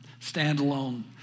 standalone